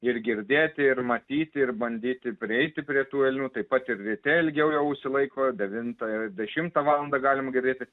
ir girdėti ir matyti ir bandyti prieiti prie tų elnių taip pat ir ryte ilgiau jau užsilaiko devintą ir dešimtą valandą galim girdėti